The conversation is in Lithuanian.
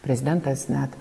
prezidentas net